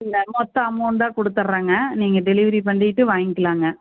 இல்லை மொத்த அமௌன்ட்டாக கொடுத்துர்ரங்க நீங்கள் டெலிவரி பண்ணிவிட்டு வாங்கிக்கலாங்க